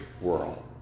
world